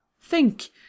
Think